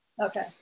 Okay